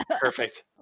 Perfect